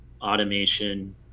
automation